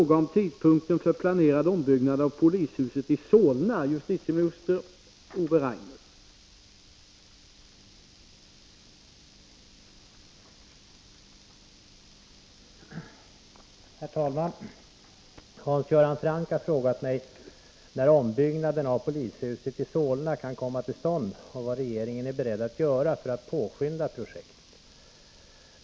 Herr talman! Hans Göran Franck har frågat mig när ombyggnaden av polishuset i Solna kan komma till stånd och vad regeringen är beredd att göra för att påskynda projektet.